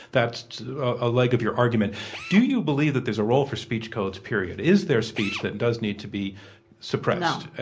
that's a leg of your argument do you believe that there's a role for speech codes, period? is there speech that does need to be suppressed kirsten